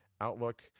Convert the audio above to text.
Outlook